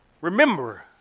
remember